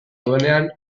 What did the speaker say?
duenean